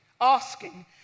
asking